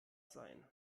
seien